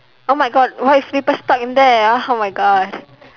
oh my god what if people stuck in there ah oh my god